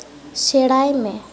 ᱥᱮᱬᱟᱭ ᱢᱮ